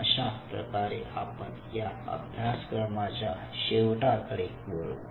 अशाप्रकारे आपण या अभ्यासक्रमाच्या शेवटाकडे वाळू